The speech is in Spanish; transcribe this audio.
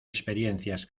experiencias